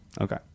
Okay